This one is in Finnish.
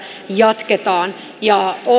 jatketaan